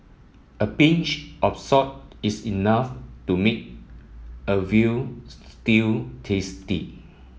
a pinch of salt is enough to make a veal stew tasty